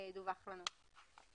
שדווח לנו.